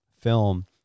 film